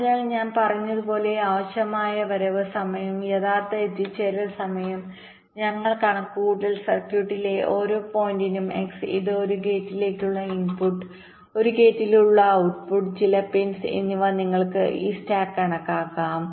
അതിനാൽ ഞാൻ പറഞ്ഞതുപോലെ ആവശ്യമായ വരവ് സമയവും യഥാർത്ഥ എത്തിച്ചേരൽ സമയവും ഞങ്ങൾ കണക്കുകൂട്ടിയാൽ സർക്യൂട്ടിലെ ഓരോ പോയിന്റിനും x ഇത് ഒരു ഗേറ്റിലേക്കുള്ള ഇൻപുട്ട് ഒരു ഗേറ്റിന്റെ ഔട്ട്പുട്ട് ചില പിൻസ് എന്നിവ നിങ്ങൾക്ക് ഈ സ്ലാക്ക് കണക്കാക്കാം